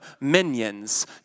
minions